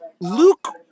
Luke